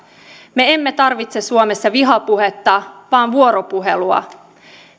me emme tarvitse suomessa vihapuhetta vaan vuoropuhelua